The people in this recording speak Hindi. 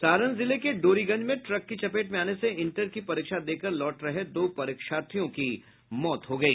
सारण जिले के डोरीगंज में ट्रक की चपेट में आने से इंटर की परीक्षा देकर लौट रहे दो परीक्षार्थियों की मौत हो गयी